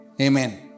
Amen